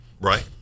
Right